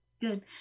Good